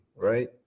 Right